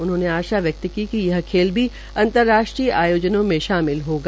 उन्होंने आशा व्यकत की यह खेल भी अंतर्राष्ट्रीय आयोजनों में शामिल होगा